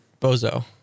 Bozo